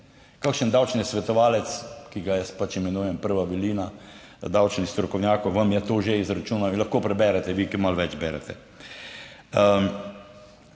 Kakšen davčni svetovalec, ki ga jaz pač imenujem prva velina davčnih strokovnjakov, vam je to že izračunal in lahko preberete, vi, ki malo več berete.